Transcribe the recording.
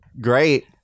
great